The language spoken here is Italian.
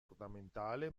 ornamentale